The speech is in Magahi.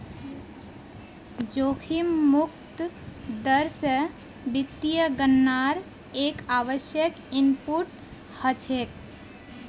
जोखिम मुक्त दर स वित्तीय गणनार एक आवश्यक इनपुट हछेक